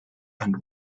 and